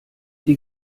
die